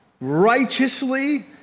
righteously